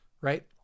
right